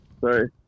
Sorry